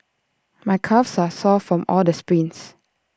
my calves are sore from all the sprints